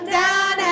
down